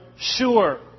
sure